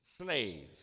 slave